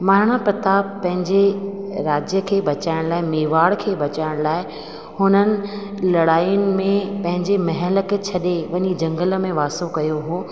महाराणा प्रताप पंहिंजे राज्य खे बचाइण लाइ मेवाड़ खे बचाइण लाइ हुननि लड़ाइयुनि में पंहिंजे महल खे छॾे वञी झंगल में वासो कयो हुओ